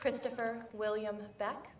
christopher william back